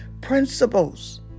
principles